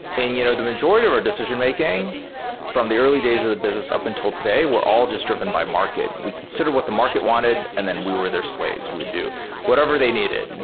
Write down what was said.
and you know the majority of our decision-making from the early days of the business up until today were all just driven by market. we consider what the market wanted and then we were their slaves. we do whatever they needed.